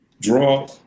draw